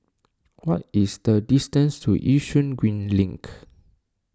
what is the distance to Yishun Green Link